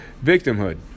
victimhood